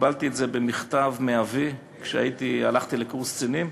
קיבלתי את זה במכתב מאבי כשהלכתי לקורס קצינים,